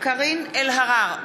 קארין אלהרר,